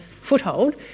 foothold